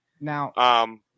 Now